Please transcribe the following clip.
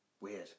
weird